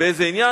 באיזה עניין?